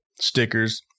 stickers